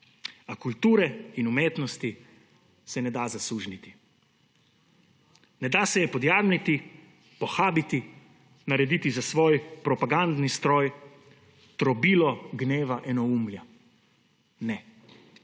A kulture in umetnosti se ne da zasužnjiti. Ne da se je podjarmiti, pohabiti, narediti za svoj propagandni stroj, trobilo gneva, enoumja. Ne.